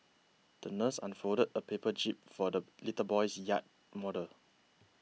the nurse unfolded a paper jib for the little boy's yacht model